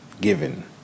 given